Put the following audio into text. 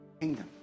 Kingdom